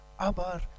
Abar